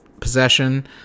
possession